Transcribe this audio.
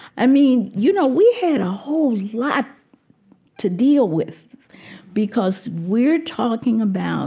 i mean, you know, we had a whole lot to deal with because we're talking about